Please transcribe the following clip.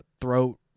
throat